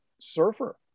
surfer